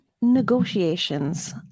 negotiations